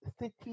city